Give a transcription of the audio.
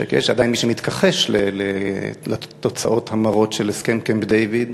עדיין יש מי שמתכחש לתוצאות המרות של הסכם קמפ-דייוויד,